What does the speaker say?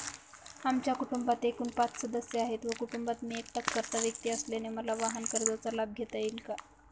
आमच्या कुटुंबात एकूण पाच सदस्य आहेत व कुटुंबात मी एकटाच कर्ता व्यक्ती असल्याने मला वाहनकर्जाचा लाभ घेता येईल का?